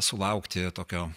sulaukti tokio